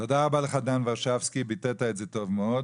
תודה רבה לך, דן ורשבסקי, ביטאת את זה טוב מאוד.